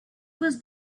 was